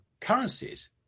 currencies